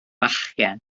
bechgyn